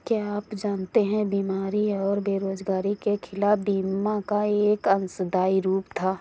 क्या आप जानते है बीमारी और बेरोजगारी के खिलाफ बीमा का एक अंशदायी रूप था?